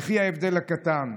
יחי ההבדל הקטן.